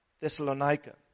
Thessalonica